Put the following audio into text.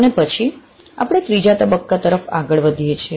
અને પછી આપણે ત્રીજા તબક્કા તરફ આગળ વધીએ છીએ